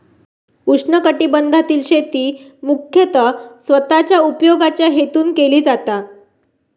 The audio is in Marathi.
उष्णकटिबंधातील शेती मुख्यतः स्वतःच्या उपयोगाच्या हेतून केली जाता